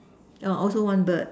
orh also one bird